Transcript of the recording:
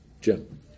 Jim